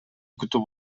күтүп